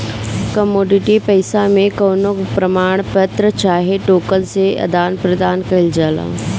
commodity पईसा मे कवनो प्रमाण पत्र चाहे टोकन से आदान प्रदान कईल जाला